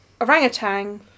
orangutan